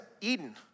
Eden